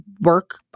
work